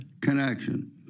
connection